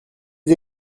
des